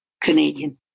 Canadian